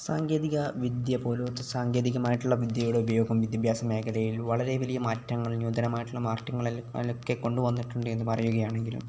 സാങ്കേതിക വിദ്യ പോലത്തെ സാങ്കേതികമായിട്ടുള്ള വിദ്യയുടെ ഉപയോഗം വിദ്യാഭ്യാസ മേഖലയിൽ വളരെ വലിയ മാറ്റങ്ങൾ ന്യുതനമായിട്ടുള്ള മാറ്റങ്ങളിലൊക്കെ കൊണ്ട് വന്നിട്ടുണ്ട് എന്ന് പറയുകയാണെങ്കിലും